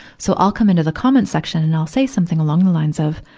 so i'll come into the comments section and i'll say something along the lines of,